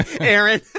Aaron